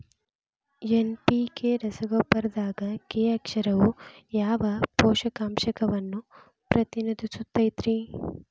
NPK ರಸಗೊಬ್ಬರದಾಗ K ಅಕ್ಷರವು ಯಾವ ಪೋಷಕಾಂಶವನ್ನ ಪ್ರತಿನಿಧಿಸುತೈತ್ರಿ?